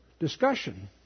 discussion